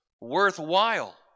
worthwhile